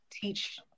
teach